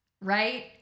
right